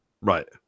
right